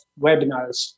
webinars